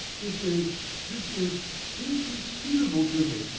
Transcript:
this is this is inconceivable to me.